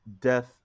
death